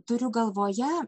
turiu galvoje